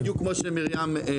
אדוני זה בדיוק כמו שמרים אמרה,